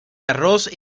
garros